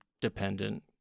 dependent